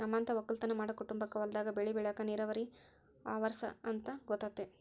ನಮ್ಮಂತ ವಕ್ಕಲುತನ ಮಾಡೊ ಕುಟುಂಬಕ್ಕ ಹೊಲದಾಗ ಬೆಳೆ ಬೆಳೆಕ ನೀರಾವರಿ ಅವರ್ಸ ಅಂತ ಗೊತತೆ